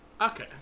Okay